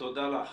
תודה לך.